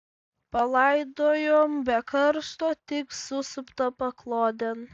palaidojom be karsto tik susuptą paklodėn